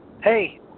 hey